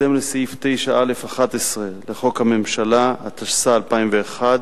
בהתאם לסעיף 9(א)(11) לחוק הממשלה, התשס"א 2001,